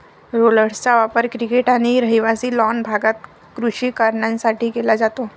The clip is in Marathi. रोलर्सचा वापर क्रिकेट आणि रहिवासी लॉन भागात कृषी कारणांसाठी केला जातो